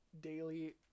daily